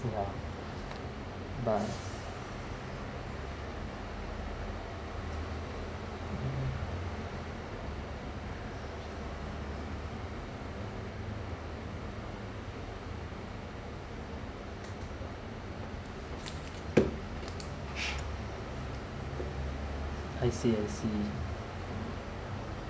ya right I see I see